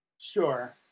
sure